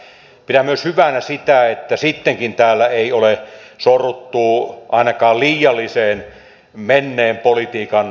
pidän hyvänä myös sitä että sittenkään täällä ei ole sorruttu ainakaan liialliseen menneen politiikan ruotimiseen